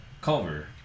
Culver